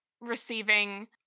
receiving